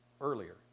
earlier